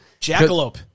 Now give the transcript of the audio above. Jackalope